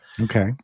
Okay